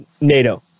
NATO